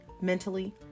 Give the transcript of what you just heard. mentally